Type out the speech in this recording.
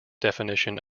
definition